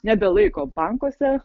nebelaiko bankuose